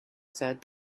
said